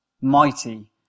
mighty